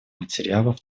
материалов